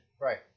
Right